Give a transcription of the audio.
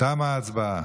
תמה ההצבעה.